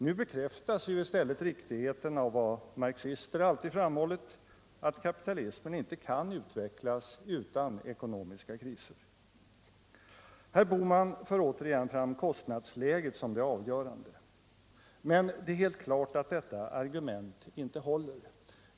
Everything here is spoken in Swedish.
Nu bekräftas i stället riktigheten av vad marxister alltid framhållit, nämligen att kapitalismen inte kan utvecklas utan ekonomiska kriser. Herr Bohman för återigen fram frågan om kostnadsläget som det avgörande, men det är helt klart att detta argument inte håller.